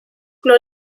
nur